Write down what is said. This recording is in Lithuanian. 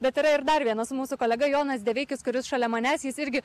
bet yra ir dar vienas mūsų kolega jonas deveikis kuris šalia manęs jis irgi